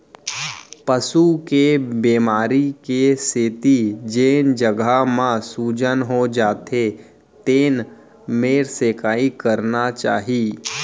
पसू के बेमारी के सेती जेन जघा म सूजन हो जाथे तेन मेर सेंकाई करना चाही